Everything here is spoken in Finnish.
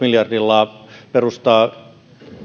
miljardilla perustaa